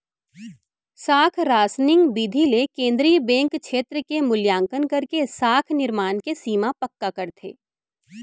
साख रासनिंग बिधि ले केंद्रीय बेंक छेत्र के मुल्याकंन करके साख निरमान के सीमा पक्का करथे